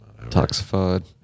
Toxified